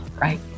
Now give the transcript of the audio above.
right